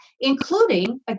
Including